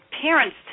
parents